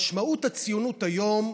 משמעות הציונות היום,